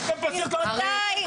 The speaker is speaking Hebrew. --- די.